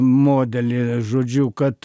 modelį žodžiu kad